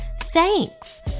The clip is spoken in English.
Thanks